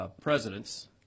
presidents